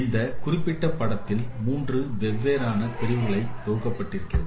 இந்த குறிப்பிட்ட படத்தில் 3 வெவ்வேறான பிரிவுகளாக தொகுக்கப்பட்டிருக்கிறது